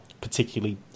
particularly